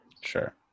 Sure